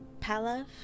Palav